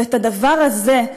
ואת הדבר הזה,